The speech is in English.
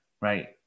right